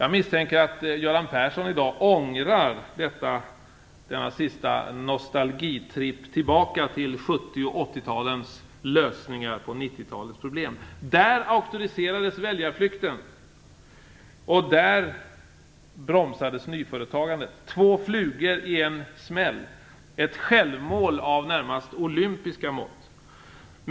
Jag misstänker att Göran Persson i dag ångrar denna sista nostalgitripp tillbaka till 70 och 80-talens lösningar på 90-talets problem. Där auktoriserades väljarflykten, och där bromsades nyföretagandet. Det var två flugor i en smäll. Ett självmål av närmast olympiska mått.